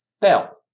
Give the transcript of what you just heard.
fell